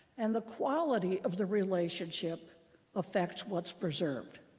and the quality of the relationship affects what's preserved.